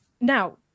Now